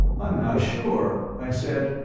i'm not sure, i said,